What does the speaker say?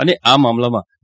અને આ મામલામાં જે